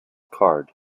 card